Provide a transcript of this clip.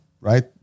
Right